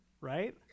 right